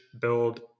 build